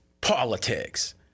politics